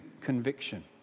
conviction